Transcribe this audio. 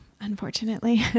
unfortunately